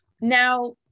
Now